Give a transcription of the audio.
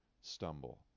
stumble